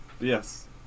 yes